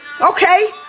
Okay